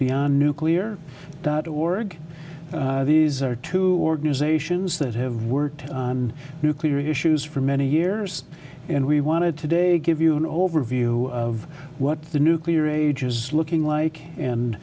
beyond nuclear dot org these are two organizations that have worked on nuclear issues for many years and we wanted today give you an overview of what the nuclear age is looking